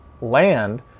land